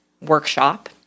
workshop